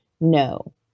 no